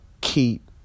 keep